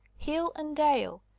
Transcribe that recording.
hill and dale,